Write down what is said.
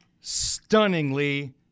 stunningly